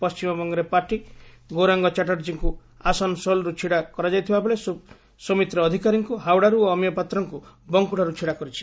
ପଣ୍ଢିମବଙ୍ଗରେ party Gaurang ଚାଟାର୍ଜୀଙ୍କୁ ଆସାନସୋଲରୁ ଛିଡା କରାଇଥିବାବେଳେ ସୁମିତ୍ର ଅଧିକାରୀଙ୍କୁ ହାଓଡାରୁ ଓ ଅମୀୟ ପାତ୍ରଙ୍କୁ ବଙ୍କୁଡାରୁ ଛିଡା କରାଇଛି